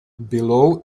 below